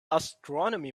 astronomy